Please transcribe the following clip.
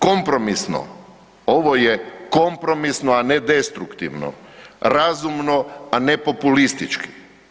Kompromisno ovo je kompromisno a ne destruktivno, razumno a ne populistički.